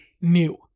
new